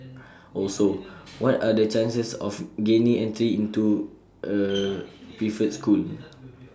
also what are the chances of gaining entry into A preferred school